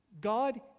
God